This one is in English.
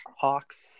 Hawks